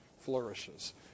flourishes